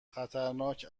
خطرناک